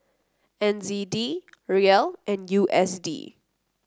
N Z D Riel and U S D